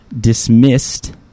dismissed